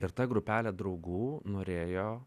ir ta grupelė draugų norėjo